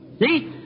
See